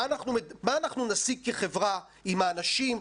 מה אנחנו נשיג כחברה אם האנשים,